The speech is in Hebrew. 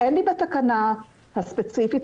אין בתקנה הספציפית,